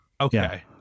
Okay